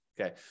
okay